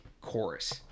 chorus